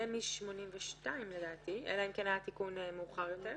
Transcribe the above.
זה מ-82, אלא אם כן היה תיקון מאוחר יותר.